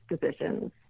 positions